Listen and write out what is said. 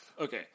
Okay